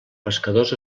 pescadors